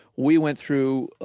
we went through,